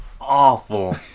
awful